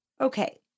okay